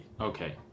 okay